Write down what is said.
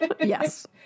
Yes